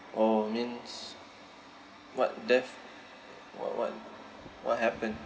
oh means what death wha~ what what happened